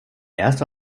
erste